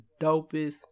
dopest